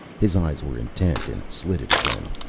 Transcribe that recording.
his eyes were intent and slitted again.